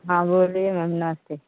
हाँ बोलिए मैम नमस्ते